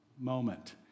moment